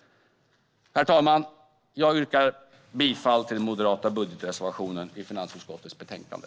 Herr talman! Jag yrkar bifall till den moderata budgetreservationen i finansutskottets betänkande.